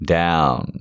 down